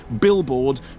billboard